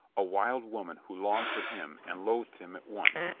a wild woman who longed for him and loathed him at once,